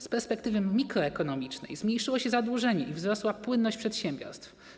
Z perspektywy mikroekonomicznej zmniejszyło się zadłużenie i wzrosła płynność przedsiębiorstw.